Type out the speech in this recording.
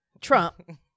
Trump